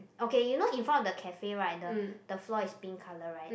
okay you know in front of the cafe right the the floor is pink color right